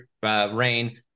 Rain